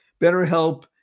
BetterHelp